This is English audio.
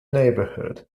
neighborhood